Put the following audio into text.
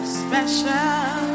special